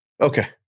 Okay